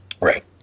Right